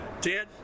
Ted